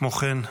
כמו כן,